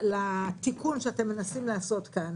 לתיקון שאתם מנסים לעשות כאן.